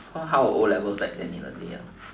how how was o-levels back then in the day